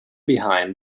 behind